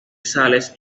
sales